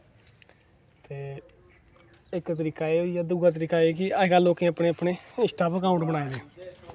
ते इक तरीका एह् होईया ते दुआ तरीका एह् ऐ कि लोकें अपनें अपनें इंस्टा पर अकाउंट बनाए दे